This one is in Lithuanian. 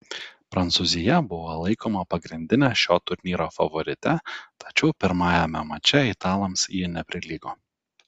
prancūzija buvo laikoma pagrindine šio turnyro favorite tačiau pirmajame mače italams ji neprilygo